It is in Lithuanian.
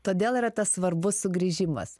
todėl yra tas svarbus sugrįžimas